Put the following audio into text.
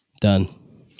done